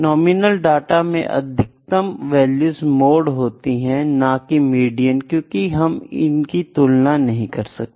nominal data में अधिकतम value mode होती है न की मीडियन क्योंकि हम इनकी तुलना नहीं कर सकते